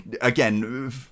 again